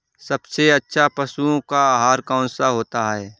सबसे अच्छा पशुओं का आहार कौन सा होता है?